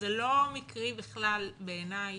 זה לא מקרי בכלל בעיני,